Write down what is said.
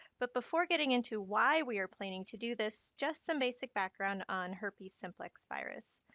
but before getting into why we are planning to do this, just some basic background on herpes simplex virus